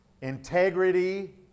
integrity